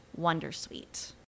wondersuite